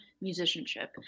musicianship